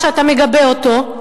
שאתה מגבה אותו,